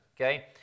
okay